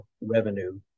revenue